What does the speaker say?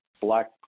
Black